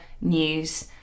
news